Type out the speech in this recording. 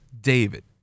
David